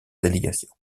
délégations